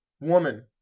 woman